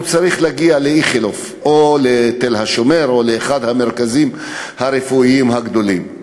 צריך להגיע לאיכילוב או לתל-השומר או לאחד המרכזים הרפואיים הגדולים.